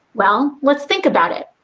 well, let's think about it.